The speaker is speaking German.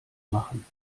machen